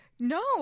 No